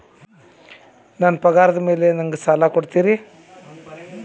ನನ್ನ ಪಗಾರದ್ ಮೇಲೆ ನಂಗ ಸಾಲ ಕೊಡ್ತೇರಿ?